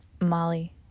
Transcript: Molly